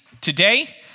today